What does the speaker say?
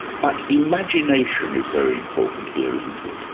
but imagination is very important here, isn't it?